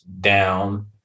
down